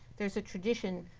there is a tradition,